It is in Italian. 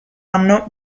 anno